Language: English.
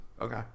Okay